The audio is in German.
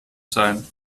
sein